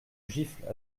gifle